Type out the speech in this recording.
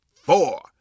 four